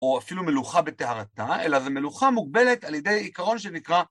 או אפילו מלוכה בטהרתה, אלא זה מלוכה מוגבלת על ידי עיקרון שנקרא